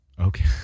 Okay